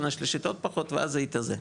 שנה שלישית עוד פחות ואז זה יתאזן,